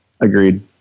Agreed